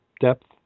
depth